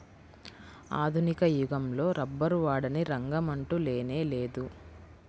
ఆధునిక యుగంలో రబ్బరు వాడని రంగమంటూ లేనేలేదు